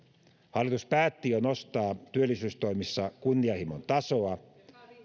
hallitus päätti jo nostaa työllisyystoimissa kunnianhimon tasoa